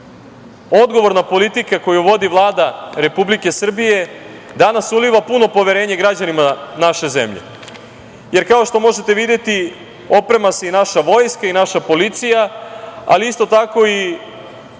odgovorna politika koju vodi Vlada Republike Srbije danas uliva puno poverenje građanima naše zemlje, jer kao što možete videti oprema se i naša vojska i naša policija, ali isto tako i